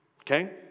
Okay